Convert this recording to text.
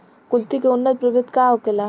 कुलथी के उन्नत प्रभेद का होखेला?